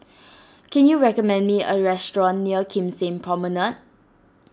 can you recommend me a restaurant near Kim Seng Promenade